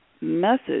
message